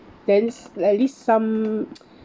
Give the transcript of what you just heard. then s~ likely some